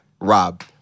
Rob